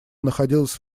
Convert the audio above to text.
находилась